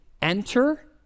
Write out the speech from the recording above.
enter